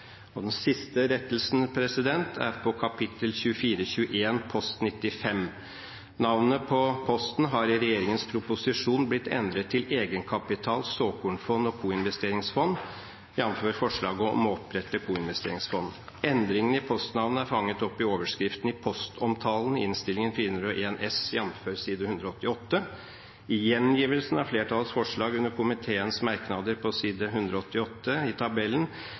koinvesteringsfond». Den siste rettelsen er under Kap. 2421 Post 95. Navnet på posten har i regjeringens proposisjon blitt endret til «Egenkapital, såkornfond og koinvesteringsfond», jf. forslaget om å opprette koinvesteringsfond. Endringene i postnavnet er fanget opp i overskriften i postomtalen i Innst. 401 S, jf. side 188. I gjengivelsen av flertallets forslag under komiteens merknader på side 188 i tabellen